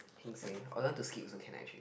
heng suay or you want to skip also can actually